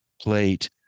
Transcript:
plate